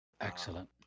Excellent